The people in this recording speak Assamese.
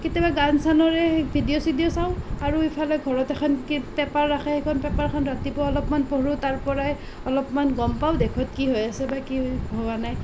কেতিয়াবা গান চানৰে ভিডিঅ' চিডিঅ' চাওঁ আৰু ইফালে ঘৰত এখ্ন পেপাৰ ৰাখে সেইখন পেপাৰখন ৰাতিপুৱা অলপমান পঢ়ো তাৰ পৰাই অলপমান গম পাওঁ দেশত কি হৈ আছে বা কি হোৱা নাই